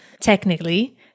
technically